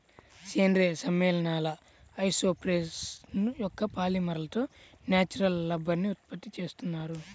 సేంద్రీయ సమ్మేళనాల ఐసోప్రేన్ యొక్క పాలిమర్లతో న్యాచురల్ రబ్బరుని ఉత్పత్తి చేస్తున్నారు